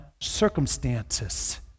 circumstances